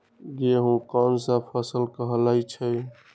गेहूँ कोन सा फसल कहलाई छई?